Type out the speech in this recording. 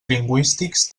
lingüístics